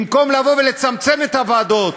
במקום לצמצם את הוועדות,